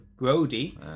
Grody